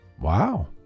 Wow